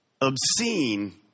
obscene